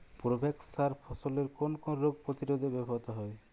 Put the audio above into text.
Provex সার ফসলের কোন কোন রোগ প্রতিরোধে ব্যবহৃত হয়?